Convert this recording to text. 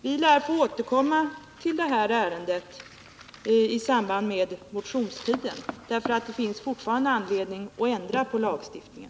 Vi lär få återkomma till detta ärende i samband med motionstiden, för det finns fortfarande anledning att ändra på lagstiftningen.